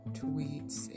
tweets